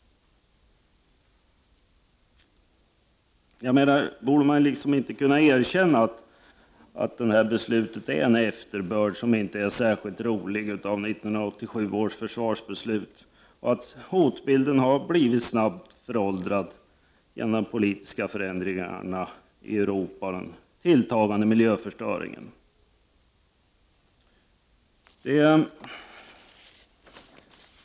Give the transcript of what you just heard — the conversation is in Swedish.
Borde man inte kunna erkänna att dagens beslut är en efterbörd av 1987 års försvarsbeslut som inte är särskilt trevlig? Hotbilden har föråldrats snabbt genom de politiska förändringarna i Europa och den tilltagande miljöförstöringen.